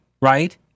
Right